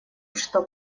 что